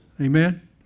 Amen